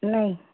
ନାଇଁ